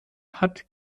hat